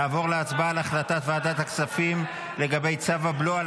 נעבור להצבעה על החלטת ועדת הכספים לגבי צו הבלו על